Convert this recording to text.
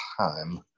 time